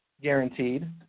guaranteed